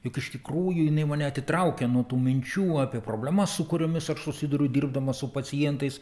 juk iš tikrųjų jinai mane atitraukia nuo tų minčių apie problemas su kuriomis aš susiduriu dirbdamas su pacientais